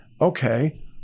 okay